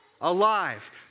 alive